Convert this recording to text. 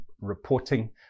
reporting